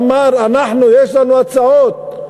אמר: יש לנו הצעות,